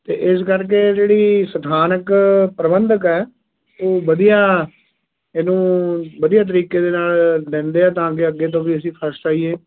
ਅਤੇ ਇਸ ਕਰਕੇ ਜਿਹੜੀ ਸਥਾਨਕ ਪ੍ਰਬੰਧਕ ਹੈ ਉਹ ਵਧੀਆ ਇਹਨੂੰ ਵਧੀਆ ਤਰੀਕੇ ਦੇ ਨਾਲ ਲੈਂਦੇ ਆ ਤਾਂ ਕਿ ਅੱਗੇ ਤੋਂ ਵੀ ਅਸੀਂ ਫਸਟ ਆਈਏ